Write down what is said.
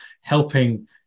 helping